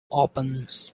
opens